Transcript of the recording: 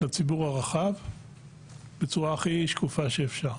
לציבור הרחב בצורה הכי שקופה שאפשר.